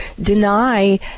deny